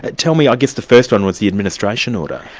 but tell me, i guess the first one was the administration order?